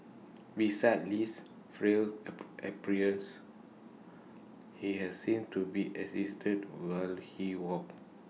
besides Li's frail app appearance he has seen to be assisted while he walked